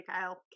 Kyle